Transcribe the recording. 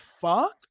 fuck